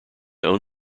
own